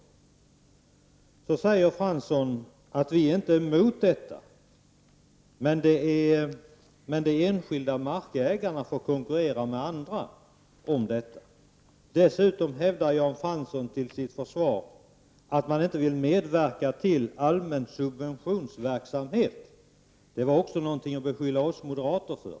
Jan Fransson säger att socialdemokraterna inte är emot ett sådant engagemang, men att de enskilda markägarna får konkurrera med andra på detta område. Dessutom hävdar Jan Fransson till sitt försvar att man inte vill medverka till allmän subventionsverksamhet. Det beskyllde han också oss moderater för.